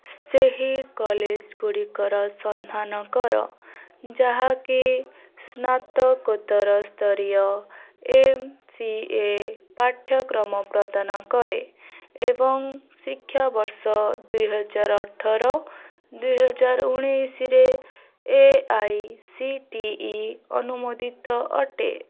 ସେହି କଲେଜଗୁଡ଼ିକର ସନ୍ଧାନ କର ଯାହାକି ସ୍ନାତକୋତ୍ତର ସ୍ତରୀୟ ଏମ୍ ସି ଏ ପାଠ୍ୟକ୍ରମ ପ୍ରଦାନ କରେ ଏବଂ ଶିକ୍ଷାବର୍ଷ ଦୁଇ ହଜାର ଅଠର ଦୁଇ ହଜାର ଉଣାଇଶରେ A I C T E ଅନୁମୋଦିତ ଅଟେ